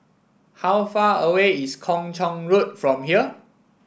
how far away is Kung Chong Road from here